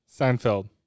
Seinfeld